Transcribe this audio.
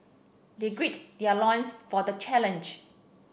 they gird their loins for the challenge